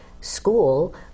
school